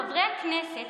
חברי הכנסת,